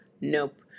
Nope